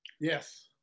Yes